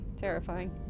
terrifying